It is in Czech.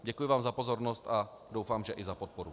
Děkuji vám za pozornost a doufám, že i za podporu.